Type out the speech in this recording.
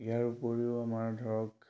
ইয়াৰ উপৰিও আমাৰ ধৰক